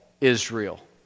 Israel